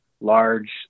large